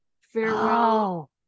Farewell